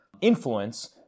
influence